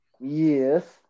Yes